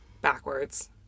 backwards